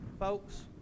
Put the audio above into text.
Folks